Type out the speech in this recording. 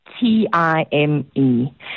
T-I-M-E